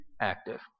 active